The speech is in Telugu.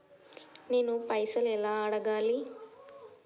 నేను పైసలు ఎలా అడగాలి?